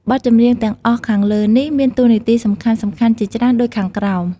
បទចម្រៀងទាំងអស់ខាងលើនេះមានតួនាទីសំខាន់ៗជាច្រើនដូចខាងក្រោម។